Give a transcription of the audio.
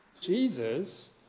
Jesus